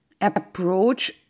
approach